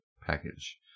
package